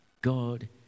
God